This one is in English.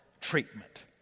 treatment